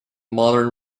modern